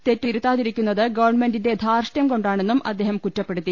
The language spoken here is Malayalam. തെറ്റു തിരുത്താതിരിക്കുന്നത് ഗവൺമെന്റിന്റെ ധാർഷ്ട്യം കൊണ്ടാണെന്നും അദ്ദേഹം കുറ്റപ്പെടുത്തി